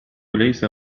ليس